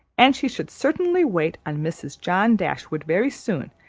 and she should certainly wait on mrs. john dashwood very soon,